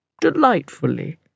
Delightfully